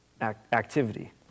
activity